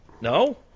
no